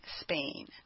Spain